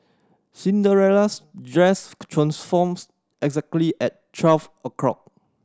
Cinderella's dress transforms exactly at twelve o'clock